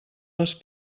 les